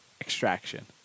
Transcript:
Extraction